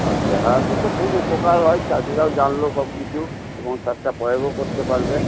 আচ্ছা হ্যাঁ সে তো খুব উপকার হয় চাষিরাও জানলো সবকিছু এবং সারটা প্রয়োগও করতে পারবে